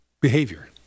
behavior